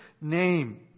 name